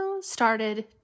started